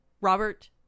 Robert